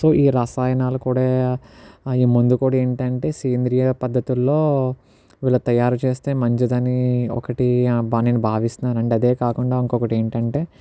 so ఈ రసాయనాలు కూడా ఈ మందు కూడా ఏంటంటే సేంద్రియ పద్ధతుల్లో వీళ్ళు తయారు చేస్తే మంచిదని ఒకటి బా అని నేను భావిస్తున్నానండి అదేకాకుండా ఇంకొకటి ఏంటంటే